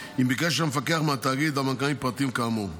אם ביקש המפקח מהתאגיד הבנקאי פרטים כאמור.